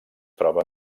troba